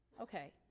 Okay